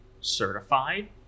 certified